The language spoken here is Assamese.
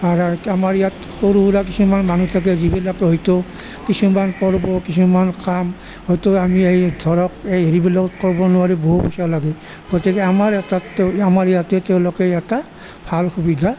আমাৰ ইয়াত সৰু সুৰা কিছুমান মানুহ থাকে যিবিলাকৰ হয়তো কিছুমান পৰ্ব কিছুমান কাম হয়তো আমি এই ধৰক এই হেৰিবিলাকত ক'ব নোৱাৰি বহুত লাগে গতিকে আমাৰ ইয়াতে তেওঁলোকে এটা ভাল সুবিধা